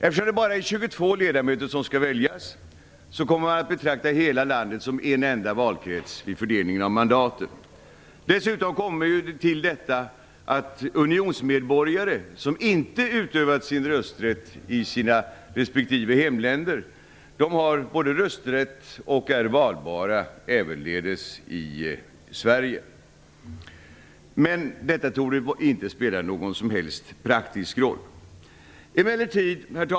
Eftersom det bara är 22 ledamöter som skall väljas kommer man att betrakta hela landet som en enda valkrets vid fördelningen av mandaten. Till detta kommer att unionsmedborgare som inte utövat sin rösträtt i sina respektive hemländer både har rösträtt och är valbara i Sverige, men detta torde inte spela någon som helst praktisk roll.